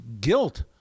guilt